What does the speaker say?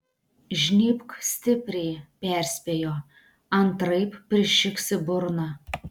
žnybk stipriai perspėjo antraip prišiks į burną